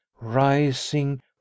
rising